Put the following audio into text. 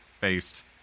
faced